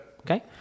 Okay